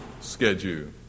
schedule